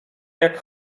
jak